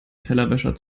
tellerwäscher